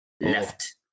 Left